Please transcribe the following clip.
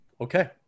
Okay